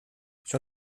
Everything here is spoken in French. sur